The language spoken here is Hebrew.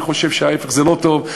אני חושב ההפך, שזה לא טוב.